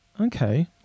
okay